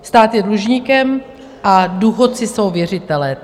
Stát je dlužníkem a důchodci jsou věřitelé.